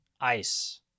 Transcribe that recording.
Ice